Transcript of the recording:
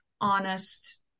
honest